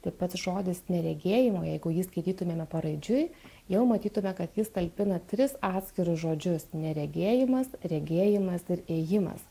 pats žodis neregėjimo jeigu jį skaitytumėme paraidžiui jau matytume kad jis talpina tris atskirus žodžius neregėjimas regėjimas ir ėjimas